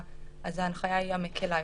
ההנחיה היא המקלה יותר.